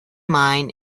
mind